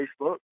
Facebook